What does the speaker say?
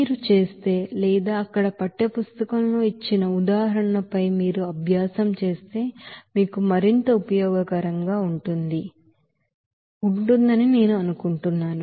మీరు చేస్తే లేదా అక్కడ పాఠ్యపుస్తకంలో ఇచ్చిన ఈ ఉదాహరణపై మీరు అభ్యాసం చేస్తే మీకు మరింత ఉపయోగకరంగా ఉంటుందని నేను అనుకుంటున్నాను